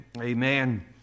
Amen